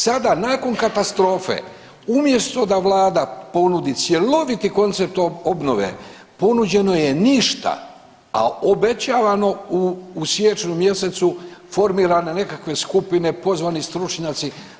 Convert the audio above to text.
Sada nakon katastrofe umjesto da Vlada ponudi cjeloviti koncept obnove, ponuđeno je ništa, a obećavano u siječnju mjesecu formirane nekakve skupine, pozvani stručnjaci.